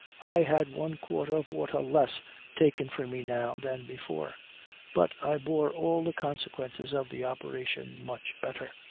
i had one quart of water less taken from me now than before but i bore all the consequences of the operation much better.